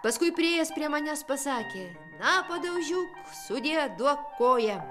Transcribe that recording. paskui priėjęs prie manęs pasakė na padaužiuk sudie duok koją